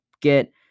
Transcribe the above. get